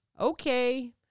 Okay